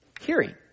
hearing